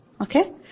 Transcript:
Okay